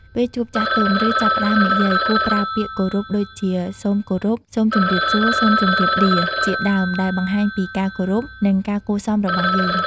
ពេលជួបចាស់ទុំ ឬចាប់ផ្ដើមនិយាយ គួរប្រើពាក្យគោរពដូចជា "សូមគោរព" "សូមជំរាបសួរ" "សូមជម្រាបលា" ជាដើម ដែលបង្ហាញពីការគោរព និងការគួរសមរបស់យើង។